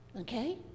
okay